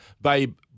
Babe